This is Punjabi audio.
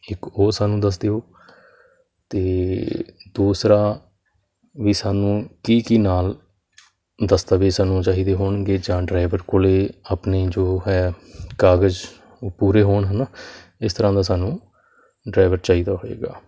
ਇੱਕ ਉਹ ਸਾਨੂੰ ਦੱਸ ਦਿਓ ਅਤੇ ਦੂਸਰਾ ਵੀ ਸਾਨੂੰ ਕੀ ਕੀ ਨਾਲ ਦਸਤਾਵੇਜ਼ ਸਾਨੂੰ ਚਾਹੀਦੇ ਹੋਣਗੇ ਜਾਂ ਡਰਾਈਵਰ ਕੋਲ ਆਪਣੇ ਜੋ ਹੈ ਕਾਗਜ਼ ਉਹ ਪੂਰੇ ਹੋਣ ਹੈ ਨਾ ਇਸ ਤਰ੍ਹਾਂ ਦਾ ਸਾਨੂੰ ਡਰਾਈਵਰ ਚਾਹੀਦਾ ਹੋਏਗਾ